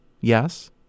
Yes